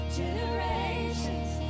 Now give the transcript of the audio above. generations